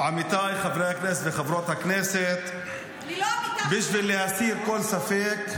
בבקשה, לרשותך עשר דקות.